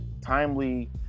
timely